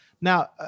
Now